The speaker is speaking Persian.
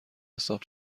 حساب